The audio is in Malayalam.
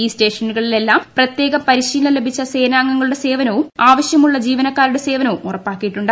ഈ സ്റ്റേഷനുകളിലെല്ലാം പ്രത്യേക പരിശീലനം ലഭിച്ച സേനാംഗങ്ങളുടെ സേവനവും ആവശ്യമുള്ള ജീവനക്കാരുടെ സേവനവും ഉറപ്പാക്കിയിട്ടുണ്ട്